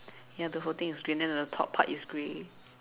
ya the whole thing is green then top part is grey